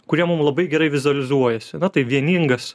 kurie mum labai gerai vizualizuojasi na tai vieningas